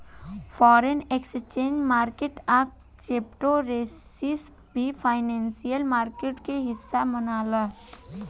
foreign exchange market आ crypto currency भी financial market के हिस्सा मनाला